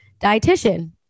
dietitian